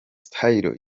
style